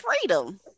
freedom